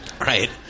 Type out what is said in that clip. Right